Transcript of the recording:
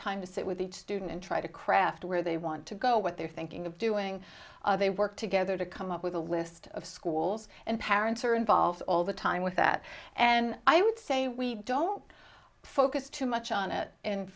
time to sit with each student and try to craft where they want to go what they're thinking of doing they work together to come up with a list of schools and parents are involved all the time with that and i would say we don't focus too much on it